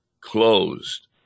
closed